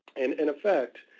and in effect,